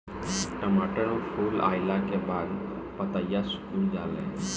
टमाटर में फूल अईला के बाद पतईया सुकुर जाले?